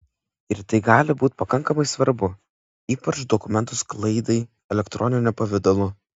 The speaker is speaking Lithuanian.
ir tai gali būti pakankamai svarbu ypač dokumentų sklaidai elektroniniu pavidalu